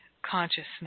consciousness